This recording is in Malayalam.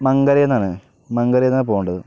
മങ്കരേന്നാണ് മങ്കരേന്നാണ് പോകേണ്ടത്